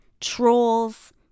trolls